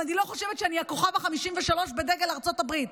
ואני לא חושבת שאני הכוכב ה-53 בדגל ארצות הברית.